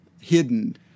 hidden